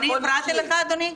אני הפרעתי לך, אדוני?